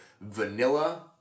vanilla